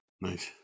nice